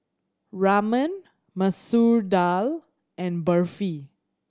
Ramen Masoor Dal and Barfi